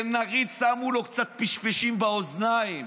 נגיד שמו לו קצת פשפשים באוזניים,